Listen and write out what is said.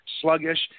sluggish